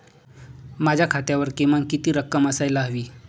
माझ्या खात्यावर किमान किती रक्कम असायला हवी?